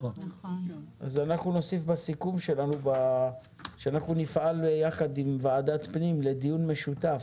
אנחנו נוסיף בסיכום שלנו שאנחנו נפעל ביחד עם ועדת הפנים לדיון משותף.